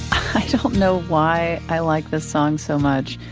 i don't know why i like this song so much.